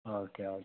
okay okay